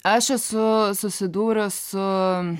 aš esu susidūrus su